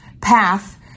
path